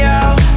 out